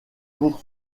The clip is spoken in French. pour